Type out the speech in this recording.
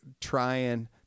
trying